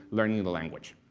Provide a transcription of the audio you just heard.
learning the language.